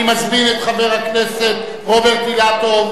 אני מזמין את חבר הכנסת רוברט אילטוב.